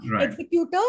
executor